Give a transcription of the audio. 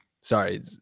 Sorry